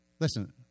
Listen